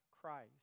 Christ